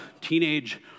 teenage